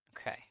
Okay